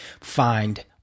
find